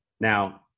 now